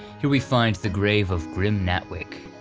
here we find the grave of grim natwick.